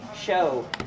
show